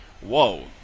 whoa